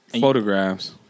photographs